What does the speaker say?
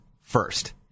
first